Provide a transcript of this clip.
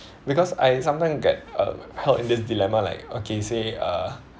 because I sometimes get uh held in this dilemma like okay say uh